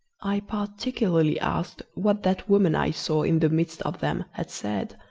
i particularly asked what that woman i saw in the midst of them had said,